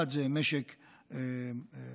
אחד זה משק רחב,